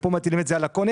כאן מטילים את זה על הקונה.